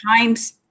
times